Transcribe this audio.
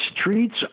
streets